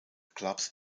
clubs